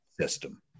system